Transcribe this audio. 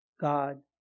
God